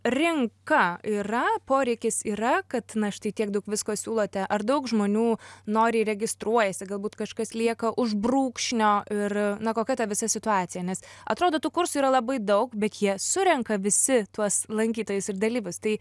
rinka yra poreikis yra kad na štai tiek daug visko siūlote ar daug žmonių noriai registruojasi galbūt kažkas lieka už brūkšnio ir na kokia ta visa situacija nes atrodo tų kursų yra labai daug bet jie surenka visi tuos lankytojus ir dalyvis tai